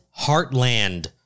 Heartland